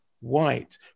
white